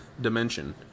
dimension